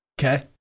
Okay